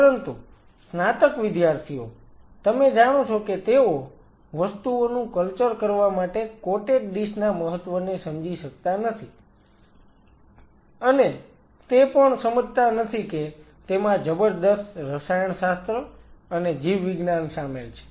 પરંતુ સ્નાતક વિદ્યાર્થીઓ તમે જાણો છો કે તેઓ વસ્તુઓનું કલ્ચર કરવા માટે કોટેડ ડીશ ના મહત્વને સમજી શકતા નથી અને તે પણ સમજતા નથી કે તેમાં જબરદસ્ત રસાયણશાસ્ત્ર અને જીવવિજ્ઞાન શામેલ છે